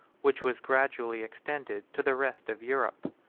which was gradually extended to the rest of europe.